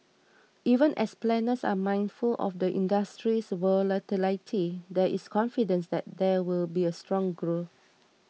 even as planners are mindful of the industry's volatility there is confidence that there will be strong growth